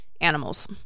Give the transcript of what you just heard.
animals